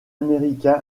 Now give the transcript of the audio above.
américain